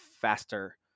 faster